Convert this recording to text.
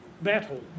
battle